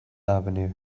avenue